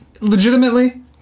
legitimately